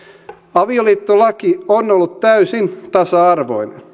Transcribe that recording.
avioliittolaki on ollut täysin tasa arvoinen